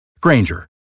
Granger